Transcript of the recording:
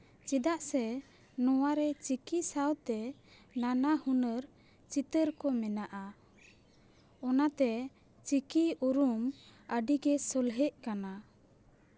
ᱪᱮᱫᱟᱜ ᱥᱮ ᱱᱚᱣᱟᱨᱮ ᱪᱤᱠᱤ ᱥᱟᱶᱛᱮ ᱱᱟᱱᱟ ᱦᱩᱱᱟᱹᱨ ᱪᱤᱛᱟᱹᱨ ᱠᱚ ᱢᱮᱱᱟᱜᱼᱟ ᱚᱱᱟᱛᱮ ᱪᱤᱠᱤ ᱩᱨᱩᱢ ᱟᱹᱰᱤ ᱜᱮ ᱥᱚᱞᱦᱮᱜ ᱠᱟᱱᱟ